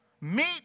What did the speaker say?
Meet